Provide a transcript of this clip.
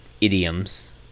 idioms